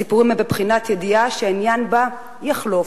הסיפורים הם בבחינת ידיעה שהעניין בה יחלוף,